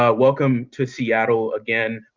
ah welcome to seattle again.